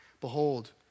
behold